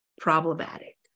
problematic